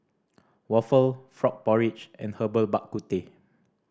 waffle frog porridge and Herbal Bak Ku Teh